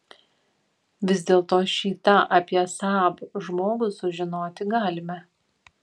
vis dėlto šį tą apie saab žmogų sužinoti galime